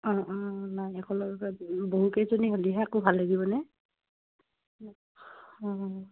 অঁ অঁ নাই একেলগতে বহু কেইজনী হ'লিহে একো ভাল লাগিবনে অঁ